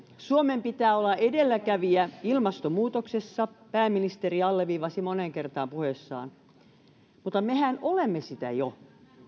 suomen pitää olla edelläkävijä ilmastonmuutoksessa pääministeri alleviivasi moneen kertaan puheessaan mutta mehän olemme sitä jo